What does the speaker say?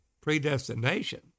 Predestination